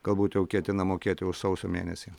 galbūt jau ketina mokėti už sausio mėnesį